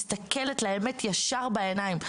מסתכלת לאמת ישר בעיניים.